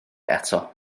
eto